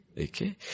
Okay